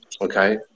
Okay